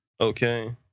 Okay